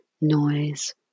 noise